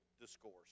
Discourse